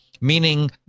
meaning